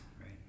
right